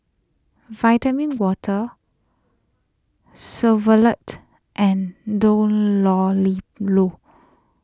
Vitamin Water Chevrolet and Dunlopillo